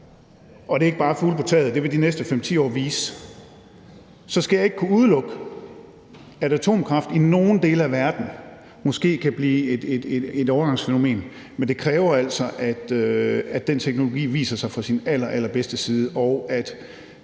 og hvis det ikke bare er fugle på taget – det vil de næste 5-10 år vise – så skal jeg ikke kunne udelukke, at atomkraft i nogle dele af verden måske kan blive et overgangsfænomen, men det kræver altså, at den teknologi viser sig fra sin allerallerbedste side, og at